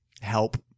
help